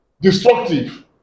destructive